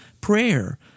prayer